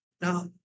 Now